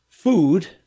Food